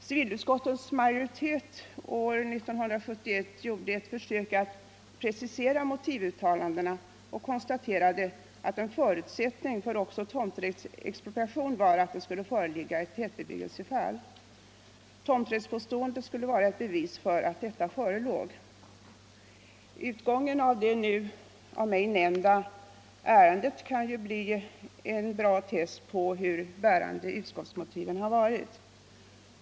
Civilutskottets majoritet år 1971 gjorde ett försök att precisera motivuttalandena och konstaterade att en förutsättning för tomträttsexpropriation var att det skulle föreligga ett tätbebyggelsefall. Tomträttspåståendet skulle vara ett bevis för att detta fall förelåg. Utgången av det nu av mig nämnda ärendet kan bli ett bra test på hur bärande utskottsmotiven har varit.